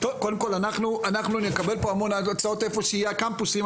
קודם כל אנחנו נקבל פה המון הצעות על איפה שיהיו הקמפוסים,